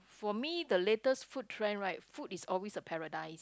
for me the latest food trend right food is always a paradise